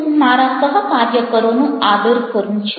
હું મારા સહકાર્યકરોનો આદર કરું છું